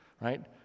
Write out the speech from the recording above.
right